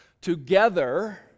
together